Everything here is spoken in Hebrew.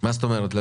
מה זאת אומרת?